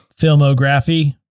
Filmography